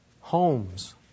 homes